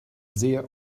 sehr